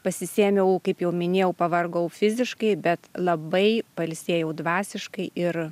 pasisėmiau kaip jau minėjau pavargau fiziškai bet labai pailsėjau dvasiškai ir